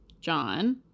John